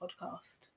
podcast